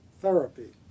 therapy